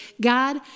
God